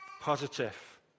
positive